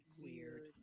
Weird